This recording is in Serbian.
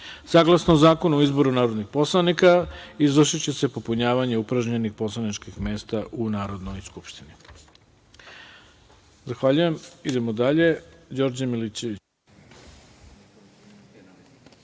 ostavke. Saglasno Zakonu o izboru narodnih poslanika, izvršiće se popunjavanje upražnjenih poslaničkih mesta u Narodnoj skupštini.